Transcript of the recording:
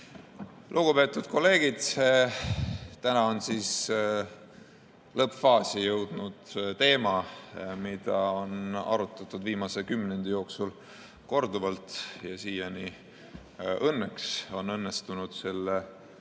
Lugupeetud kolleegid! Täna on lõppfaasi jõudnud teema, mida on viimase kümnendi jooksul arutatud korduvalt, ja siiani õnneks on õnnestunud selle